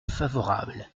favorable